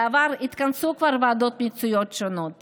בעבר התכנסו כבר ועדות מקצועיות שונות